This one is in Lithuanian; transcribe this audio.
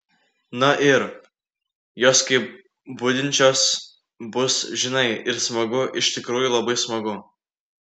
na ir jos kaip budinčios bus žinai ir smagu iš tikrųjų labai smagu